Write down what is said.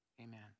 amen